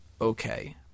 Okay